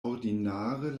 ordinare